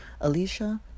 Alicia